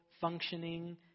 functioning